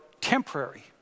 temporary